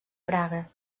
praga